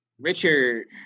Richard